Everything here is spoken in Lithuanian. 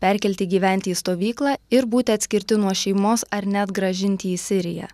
perkelti gyventi į stovyklą ir būti atskirti nuo šeimos ar net grąžinti į siriją